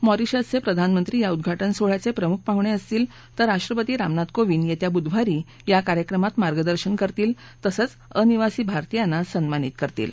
मॉरिशसचे प्रधानमंत्री या उदघाटन सोहळ्याचे प्रमुख पाहुणे असतील तर राष्ट्रपती रामनाथ कोविंद येत्या बुधवारी या कार्यक्रमात मार्गदर्शन करतील तसंच अनिवासी भारतीयांना सन्मानित करतील